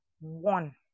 one